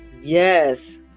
Yes